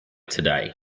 today